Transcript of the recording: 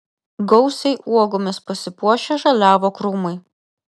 gausiai uogomis pasipuošę žaliavo krūmai